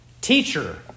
Teacher